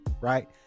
right